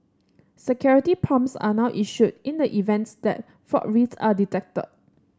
security prompts are now issued in the events that fraud risk are detected